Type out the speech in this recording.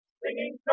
singing